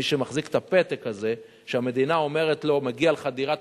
מי שמחזיק את הפתק הזה שהמדינה אומרת לו: מגיעה לך דירה,